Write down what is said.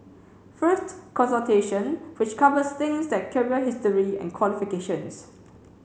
first consultation which covers things like career history and qualifications